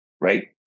Right